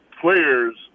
players